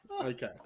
Okay